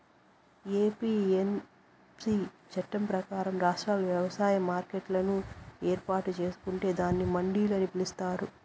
APMC చట్టం ప్రకారం, రాష్ట్రాలు వ్యవసాయ మార్కెట్లను ఏర్పాటు చేసుకొంటే దానిని మండిలు అని పిలుత్తారు